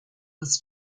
was